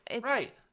Right